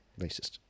Racist